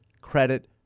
credit